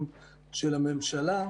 ועדת איגום: "צורים" של סטף ורטהיימר,